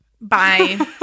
bye